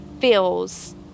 feels